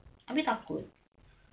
takut